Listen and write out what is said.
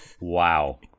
Wow